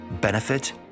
benefit